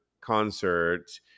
concert